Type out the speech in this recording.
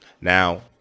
Now